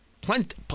Plenty